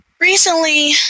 recently